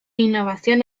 innovación